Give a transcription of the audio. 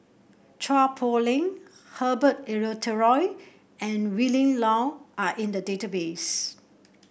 Chua Poh Leng Herbert Eleuterio and Willin Low are in the database